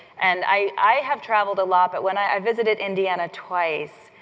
and i i have traveled a lot. but when i visited indiana twice,